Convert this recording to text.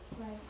Right